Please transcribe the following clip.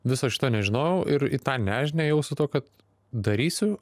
viso šito nežinojau ir į tą nežinią ėjau su tuo kad darysiu